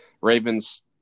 Ravens